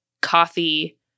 coffee